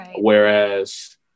Whereas